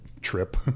trip